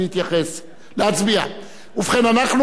אנחנו קיימנו דיון משולב,